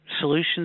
solutions